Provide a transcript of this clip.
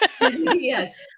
yes